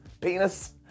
penis